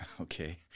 Okay